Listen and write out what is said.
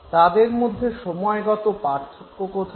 তাদের মধ্যে সময়গত পার্থক্য কোথায়